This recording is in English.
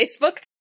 Facebook